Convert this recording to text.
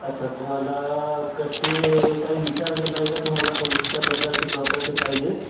अच्छा तुम्हाला कशी काही विचार केला आहे का तुम्हाला कोणत्या प्रकारची प्रॉपर्टी पाहिजे